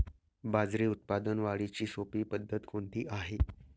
बाजरी उत्पादन वाढीची सोपी पद्धत कोणती आहे?